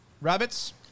Rabbits